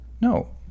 no